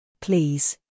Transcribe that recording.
Please